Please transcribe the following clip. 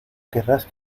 querrás